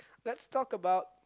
let's talk about